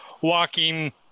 walking